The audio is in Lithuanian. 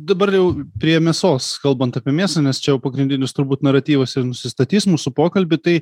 dabar jau prie mėsos kalbant apie mėsą nes čia jau pagrindinis turbūt naratyvas ir nusistatys mūsų pokalby tai